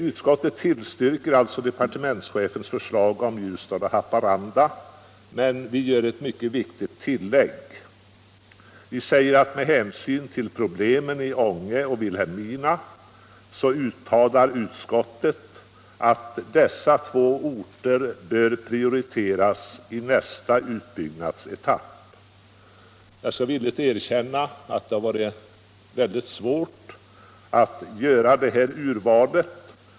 Utskottet tillstyrker alltså departementschefens förslag om Ljusdal och Haparanda, men vi gör ett mycket viktigt tillägg. Med hänsyn till problemen i Ånge och Vilhelmina uttalar utskottet att dessa två orter bör prioriteras i nästa utbyggnadsetapp. Jag skall villigt erkänna att det har varit väldigt svårt att göra detta urval.